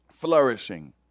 Flourishing